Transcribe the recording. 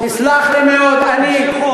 תמשיך עוד, תמשיך עוד.